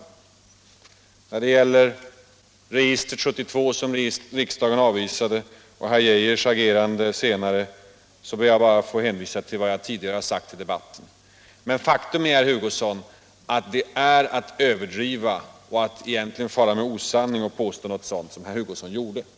När det gäller registret som riksdagen avvisade 1972 och herr Geijers agerande senare ber jag bara att få hänvisa till vad jag tidigare har sagt i debatten. Faktum är att det är att överdriva — och egentligen att fara med osanning — när man kommer med sådana påståenden som herr ilugosson.